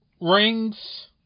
rings